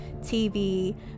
TV